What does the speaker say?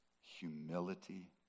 Humility